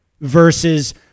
versus